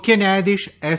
મુખ્ય ન્યાયાધીશ એસ